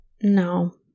No